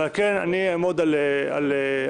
ועל כן אני אעמוד על דעתי